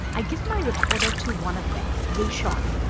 i give my recorder to one of them, rashawn,